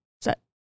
set